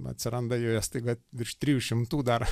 atsiranda joje staiga virš trijų šimtų dar